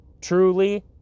truly